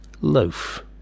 Loaf